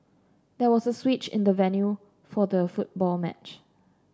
there was a switch in the venue for the football match